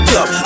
up